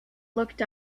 looked